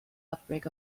outbreak